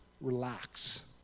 relax